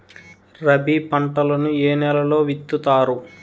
రబీ పంటలను ఏ నెలలో విత్తుతారు?